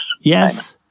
Yes